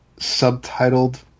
subtitled